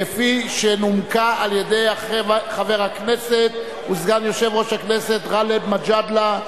כפי שנומקה על-ידי חבר הכנסת וסגן יושב-ראש הכנסת גאלב מג'אדלה,